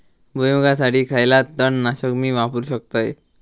भुईमुगासाठी खयला तण नाशक मी वापरू शकतय?